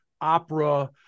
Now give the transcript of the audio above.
opera